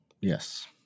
Yes